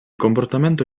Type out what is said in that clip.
comportamento